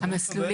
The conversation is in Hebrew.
סליחה,